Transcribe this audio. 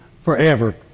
forever